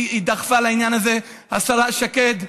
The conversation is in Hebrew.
היא דחפה לעניין הזה, השרה שקד,